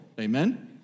Amen